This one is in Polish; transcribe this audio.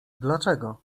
dlaczego